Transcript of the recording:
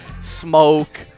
smoke